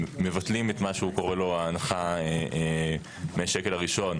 מבטלים את מה שהוא קורא לו ההנחה מהשקל הראשון,